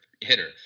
hitter